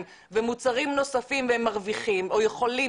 ומוצרים נוספים והם מרוויחים או יכולים,